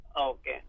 Okay